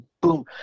boom